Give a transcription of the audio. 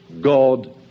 God